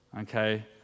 Okay